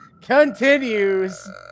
continues